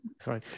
Sorry